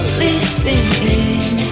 listening